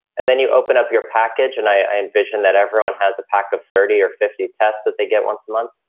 and then you open up your package. and i envision that everyone has a pack of thirty or fifty tests that they get once a month.